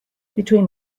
between